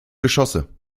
geschosse